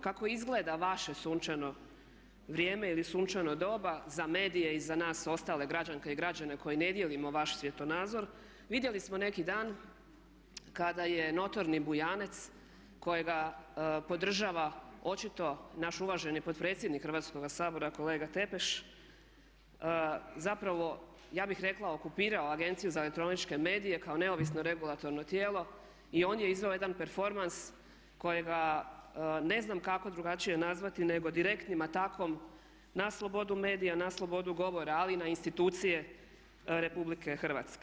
Kako izgleda vaše sunčano vrijeme ili sunčano doba za medije i za nas ostale građanke i građane koji ne dijelimo vaš svjetonazor vidjeli smo neki dan kada je notorni Bujanec kojega podražava očito naš uvaženi potpredsjednik Hrvatskoga sabora kolega Tepeš zapravo ja bih rekla okupirao Agenciju za elektroničke medije kao neovisno regulatorno tijelo i on je izveo jedna performans kojega ne znam kako drugačije nazvati nego direktnim atakom na slobodu medija, na slobodu govora ali i na institucije RH.